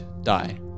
die